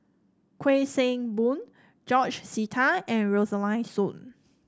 Kuik Swee Boon George Sita and Rosaline Soon